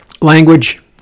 language